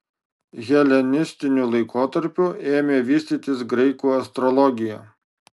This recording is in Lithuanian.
helenistiniu laikotarpiu ėmė vystytis graikų astrologija